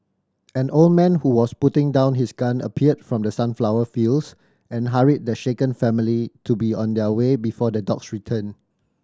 an old man who was putting down his gun appeared from the sunflower fields and hurried the shaken family to be on their way before the dogs return